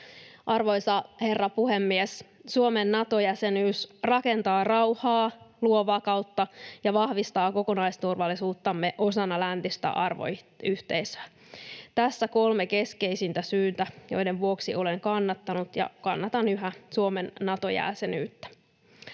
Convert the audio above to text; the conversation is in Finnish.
Arvoisa herra puhemies! Suomen Nato-jäsenyys rakentaa rauhaa, luo vakautta ja vahvistaa kokonaisturvallisuuttamme osana läntistä arvoyhteisöä — tässä kolme keskeisintä syytä, joiden vuoksi olen kannattanut ja kannatan yhä Suomen Nato-jäsenyyttä.